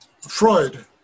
Freud